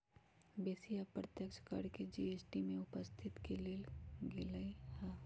बेशी अप्रत्यक्ष कर के जी.एस.टी में उपस्थित क लेल गेलइ ह्